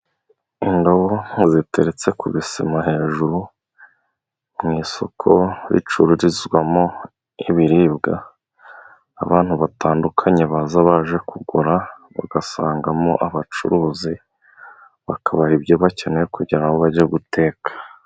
Ingabo ziteretse ku bisemo hejuru mu isoko ricururizwamo ibiribwa, abantu batandukanye baza baje kugura, bagasangamo abacuruzi bakabaha ibyo bakeneye, kugira ngo bajye guteka.